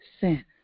sin